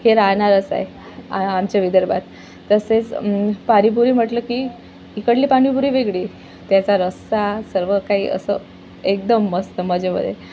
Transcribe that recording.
हे राहणारच आहे आ आमच्या विदर्भात तसेच पाणीपुरी म्हटलं की इकडली पाणीपुरी वेगळी त्याचा रस्सा सर्व काही असं एकदम मस्त मजेमध्ये